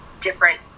different